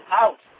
out